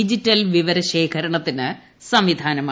digital വിവരശേഖരണത്തിന് സംവിധാനമായി